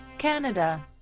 canada